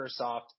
Microsoft